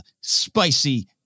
spicy